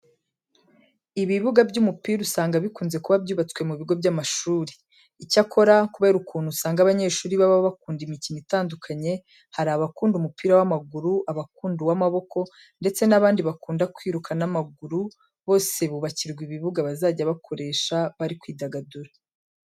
Ibibuga by'umupira usanga bikunze kuba byubatswe mu bigo by'amashuri. Icyakora kubera ukuntu usanga abanyeshuri baba bakunda imikino itandukanye hari abakunda umupira w'amaguru, abakunda uw'amaboko ndetse n'abandi bakunda kwiruka n'amaguru, bose bubakirwa ibibuga bazajya bakoresha bari kwidagadura.